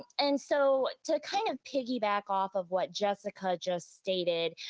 and so, to kind of piggyback off of what jessica just stated,